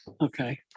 Okay